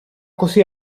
così